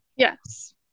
Yes